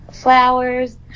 Flowers